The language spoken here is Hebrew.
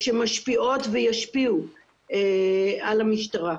שמשפיעות וישפיעו על המשטרה.